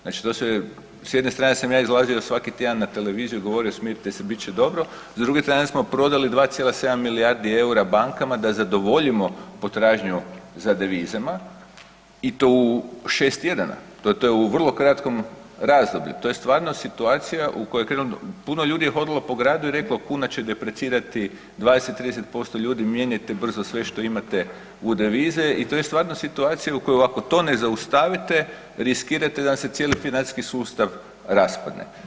Znači to se, sjedne strane sam ja izlazio svaki tjedan na televiziju, govorio „smirite se, bit će dobro“, s druge strane smo prodali 2,7 milijardi eura bankama da zadovoljimo potražnju za devizama i to u 6 tjedana, to je u vrlo kratkom razdoblju, to je stvarno situacija u kojoj je puno ljudi je hodalo po gradu i reklo kuna će deprecirati 20, 30%, ljudi mijenjati brzo sve što imate u devize i to je stvarno situacija u kojoj ako to ne zaustavite, riskirate da vam cijeli financijski sustav raspadne.